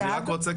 אבל אני רק רוצה,